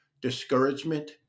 Discouragement